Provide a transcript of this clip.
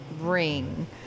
ring